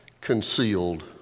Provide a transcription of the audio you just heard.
concealed